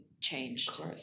changed